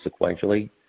sequentially